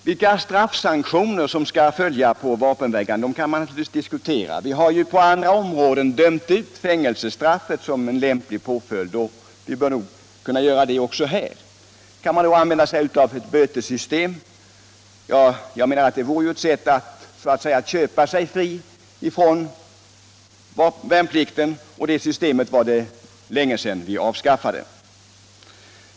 Vilka straffsanktioner som skall följa på vapenvägran kan man naturligtvis diskutera. Vi har ju på andra områden dömt ut fängelsestraffet som en lämplig påföljd, och vi bör kunna göra det även här. Kan man då använda sig av ett bötessystem? Jag menar att det vore ett sätt att så att säga köpa sig fri från värnplikten, och det systemet var det länge sedan vi avskaffade.